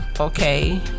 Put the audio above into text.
okay